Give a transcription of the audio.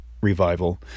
revival